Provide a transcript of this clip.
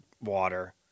water